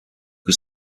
was